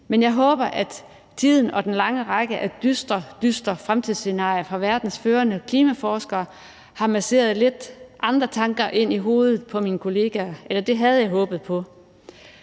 men jeg håber, at tiden og den lange række af dystre, dystre fremtidsscenarier fra verdens førende klimaforskere har masseret lidt andre tanker ind i hovedet på mine kollegaer, eller det havde jeg håbet på.